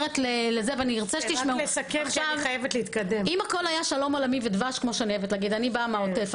אם הכול היה שלום עולמי ודבש אני באה מהעוטף.